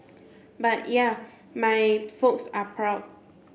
but yeah my folks are proud